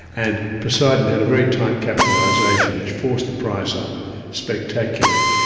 and poseidon had a very tight capitalisation which forced the price up spectacularly.